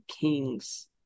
kings